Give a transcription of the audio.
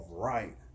right